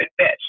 bitch